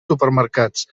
supermercats